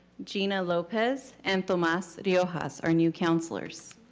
gena lopez and tomas riojas, our new counselors.